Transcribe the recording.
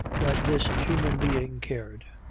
that this human being cared.